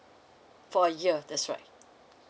for a year that's right